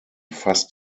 fast